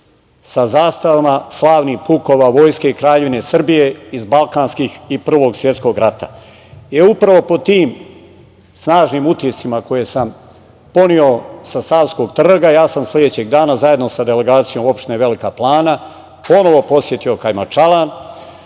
sa zastavama slavnih pukova vojske i Kraljevine Srbije iz balkanskih i Prvog svetskog rata. Upravo po tim snažnim utiscima koje sam poneo sa Savskog trga, ja sam sledećeg dana zajedno sa delegacijom opštine Velika Plana ponovo posetio Kajmakčalan.